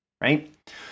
right